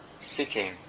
seeking